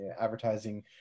advertising